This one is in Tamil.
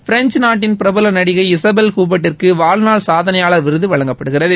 ப்ரெஞ்ச் நாட்டின் பிரபல நடிகை இசபெல் ஹுப்பட்டிற்கு வாழ்நாள் சாதனையாளர் விருது வழங்கப்படுகிறது